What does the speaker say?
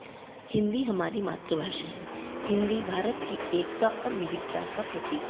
हिंदी हमारी मातृभाषा है हिंदी भारत की एकता और विविधता का प्रतीक है